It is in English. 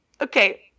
Okay